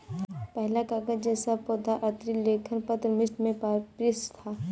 पहला कागज़ जैसा पौधा आधारित लेखन पत्र मिस्र में पपीरस था